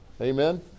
Amen